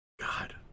God